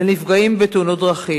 לנפגעים בתאונות דרכים.